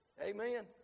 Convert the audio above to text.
amen